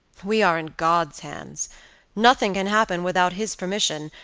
we are in god's hands nothing can happen without his permission,